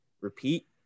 repeat